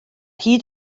hyd